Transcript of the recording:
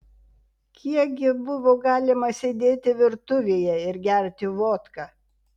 kiek gi buvo galima sėdėti virtuvėje ir gerti vodką